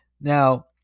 Now